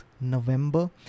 November